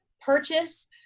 purchase